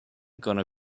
gonna